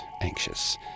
anxious